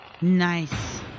Nice